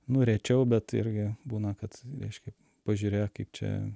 nu rečiau bet irgi būna kad reiškia pažiūrėk kaip čia